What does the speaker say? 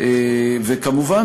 וכמובן,